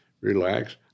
relax